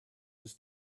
was